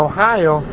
Ohio